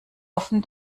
offen